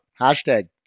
Hashtag